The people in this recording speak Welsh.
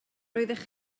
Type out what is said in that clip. roeddech